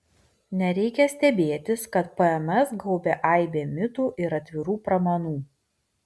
nereikia stebėtis kad pms gaubia aibė mitų ir atvirų pramanų